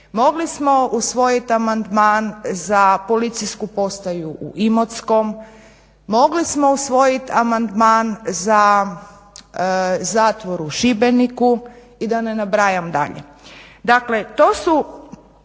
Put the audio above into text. mogli smo usvojiti amandman za policijsku postaju u Imotskom, mogli smo usvojiti amandman za zatvor u Šibeniku i da ne nabrajam dalje.